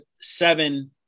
seven